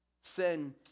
Sin